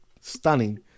stunning